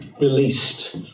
released